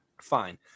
Fine